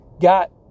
got